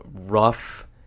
rough